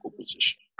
position